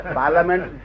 parliament